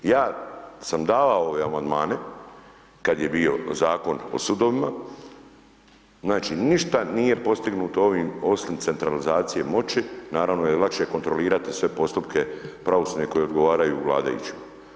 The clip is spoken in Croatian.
Ja sam davao ove Amandmane kada je bio Zakon o sudovima, znači, ništa nije postignuto ovim, osim centralizacije moći jer naravno lakše je kontrolirati sve postupke pravosudne koji odgovaraju vladajućima.